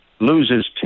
loses